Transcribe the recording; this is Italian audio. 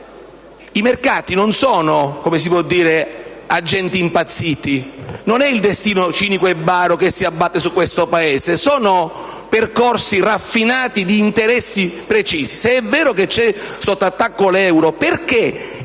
i mercati non sono agenti impazziti. Non è il destino cinico e baro che si abbatte su questo Paese. Sono percorsi raffinati di interessi precisi. Se è vero che è sotto attacco l'euro, perché